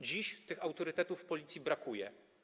Dziś tych autorytetów w Policji brakuje.